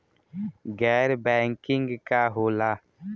गैर बैंकिंग का होला?